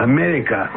America